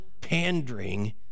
pandering